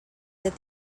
that